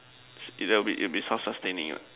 if that it will be self sustaining ah